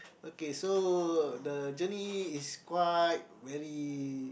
okay so the journey is quite very